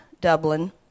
Dublin